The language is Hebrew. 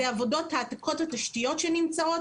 זה עבודות העתקת התשתיות שנמצאות,